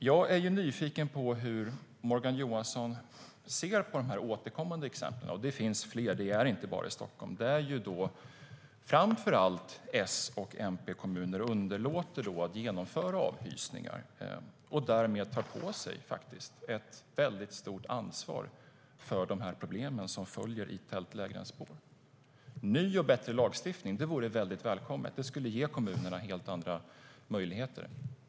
Jag är nyfiken på hur Morgan Johansson ser på de återkommande exemplen - och det finns fler, inte bara i Stockholm - där framför allt S och MP-kommuner underlåter att genomföra avhysningar och därmed faktiskt tar på sig ett väldigt stort ansvar för de problem som följer i tältlägrens spår. En ny och bättre lagstiftning vore väldigt välkommet. Det skulle ge kommunerna helt andra möjligheter.